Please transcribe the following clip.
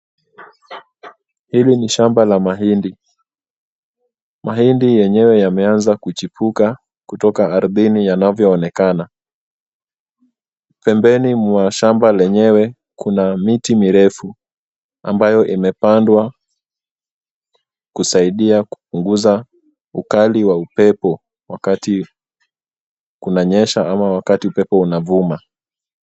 Hili ni shamba la mahindi, mahindi yenyewe yameanza kujibuka kutoka arthini yanavyo onekana, pembeni mwa shamba lenyewe Kuna miti mirefu ambayo umepandikwa kusaidia ukali wa upepo wakati Kunanyesha ama wakati upepo unafuma